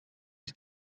ist